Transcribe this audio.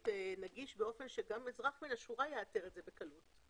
נגיש באופן שגם אזרח מן השורה יאתר את זה בקלות.